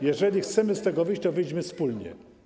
Jeżeli chcemy z tego wyjść, to wyjdźmy wspólnie.